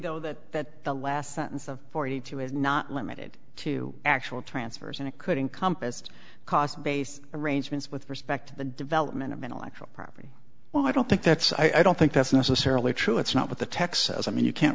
though that the last sentence of forty two is not limited to actual transfers and it could encompass the cost base arrangements with respect to the development of intellectual property well i don't think that's i don't think that's necessarily true it's not what the text says i mean you can't